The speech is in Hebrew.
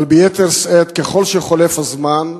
אבל ביתר שאת ככל שחולף הזמן,